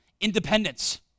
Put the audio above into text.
independence